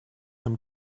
them